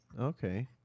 Okay